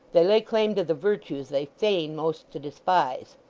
they lay claim to the virtues they feign most to despise.